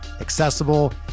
accessible